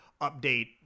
update